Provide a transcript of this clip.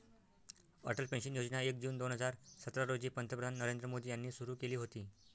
Atal pension योजना एक जून दोन हजार सतरा रोजी पंतप्रधान नरेंद्र मोदी यांनी सुरू केली होती